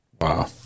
Wow